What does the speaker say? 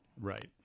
Right